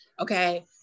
Okay